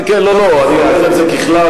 כן, לא, אני אומר את זה ככלל.